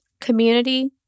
community